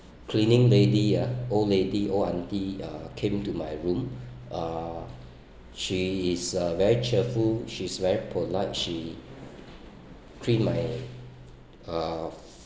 cleaning lady ah old lady old auntie uh came into my room uh she is a very cheerful she's very polite she clean my uh